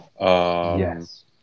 Yes